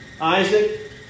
Isaac